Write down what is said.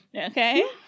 okay